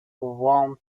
warm